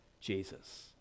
jesus